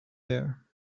there